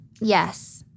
Yes